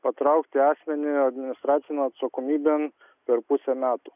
patraukti asmenį administracinėn atsakomybėn per pusę metų